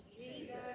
Jesus